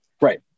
Right